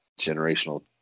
generational